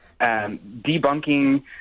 debunking